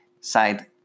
side